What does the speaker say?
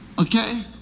Okay